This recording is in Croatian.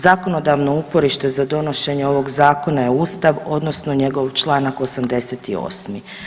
Zakonodavno uporište za donošenje ovog zakona je Ustav odnosno njegov Članak 88.